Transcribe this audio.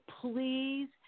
please